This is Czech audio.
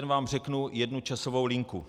Jen vám řeknu jednu časovou linku.